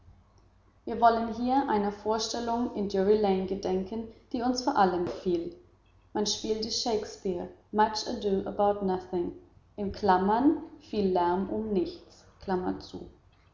wir wollen hier einer vorstellung in drury lane gedenken die uns vor allen gefiel man spielte shakespeares much ado about nothing viel lärm um nichts in